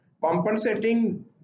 compensating